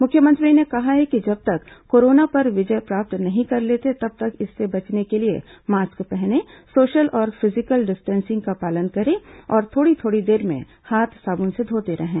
मुख्यमंत्री ने कहा है कि जब तक कोरोना पर विजय प्राप्त नहीं कर लेते तब तक इससे बचने के लिए मास्क पहनें सोशल और फिजिकल डिस्टेंसिंग का पालन करें और थोड़ी थोड़ी देर में हाथ साबुन से धोते रहें